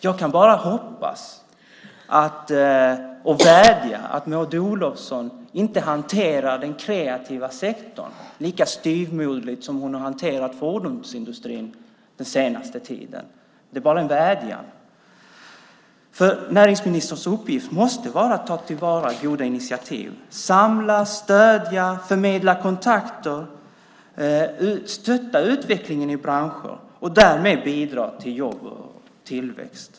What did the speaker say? Jag kan bara hoppas på och vädja att Maud Olofsson inte hanterar den kreativa sektorn lika styvmoderligt som hon har hanterat fordonsindustrin den senaste tiden. Det är bara en vädjan. Näringsministerns uppgift måste vara att ta till vara goda initiativ - att samla, stödja, förmedla kontakter och stötta utvecklingen i branscher och därmed bidra till jobb och tillväxt.